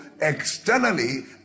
externally